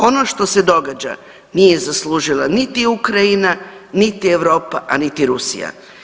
Ono što se događa nije zaslužila niti Ukrajina, niti Europa, a niti Rusija.